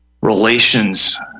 relations